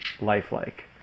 lifelike